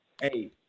hey